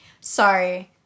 Sorry